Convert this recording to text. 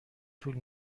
طول